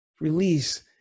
release